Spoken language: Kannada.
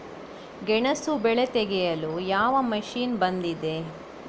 ಗೆಣಸು ಬೆಳೆ ತೆಗೆಯಲು ಯಾವ ಮಷೀನ್ ಬಂದಿದೆ?